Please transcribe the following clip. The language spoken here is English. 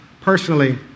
personally